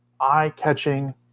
eye-catching